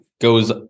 goes